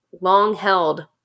long-held